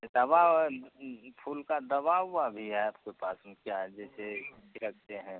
दवा फूल का दवा उवा भी है आपके पास में क्या जैसे रखते हैं